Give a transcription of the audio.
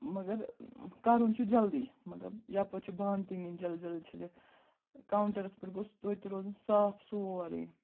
مگر کَرُن چھُ جلدی مطلب یَپٲرۍ چھِ بانہٕ تہِ نِنۍ جلد جلد چھٔلِتھ کاوٹرَس پٮ۪ٹھ گوٚژھ توتہِ روزُن صاف سورُے